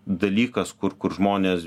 dalykas kur kur žmonės